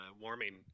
warming